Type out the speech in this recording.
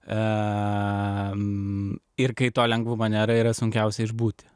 ir kai to lengvu yra sunkiausia išbūti